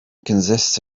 consists